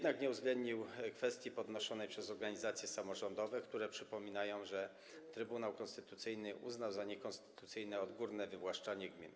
Nie uwzględnił jednak kwestii podnoszonej przez organizacje samorządowe, które przypominają, że Trybunał Konstytucyjny uznał za niekonstytucyjne odgórne wywłaszczanie gmin.